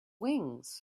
wings